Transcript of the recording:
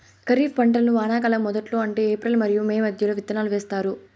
ఖరీఫ్ పంటలను వానాకాలం మొదట్లో అంటే ఏప్రిల్ మరియు మే మధ్యలో విత్తనాలు వేస్తారు